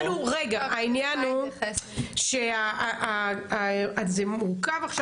החלטת בג"ץ מורכבת עכשיו